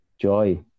joy